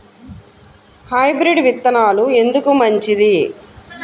Hybrid విత్తనాలు ఎందుకు మంచిది?